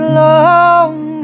long